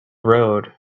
road